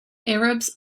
arabs